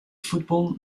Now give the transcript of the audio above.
football